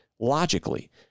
logically